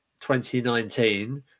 2019